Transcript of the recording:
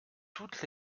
toutes